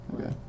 Okay